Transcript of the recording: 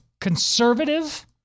conservative